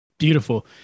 Beautiful